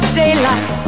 daylight